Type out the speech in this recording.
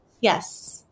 Yes